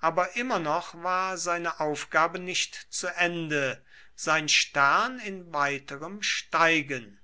aber immer noch war seine aufgabe nicht zu ende sein stern in weiterem steigen